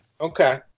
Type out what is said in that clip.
Okay